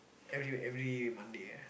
every every Monday ah